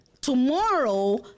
Tomorrow